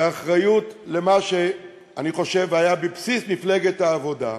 ואחריות למה שאני חושב שהיה בבסיס מפלגת העבודה,